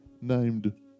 named